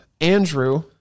Andrew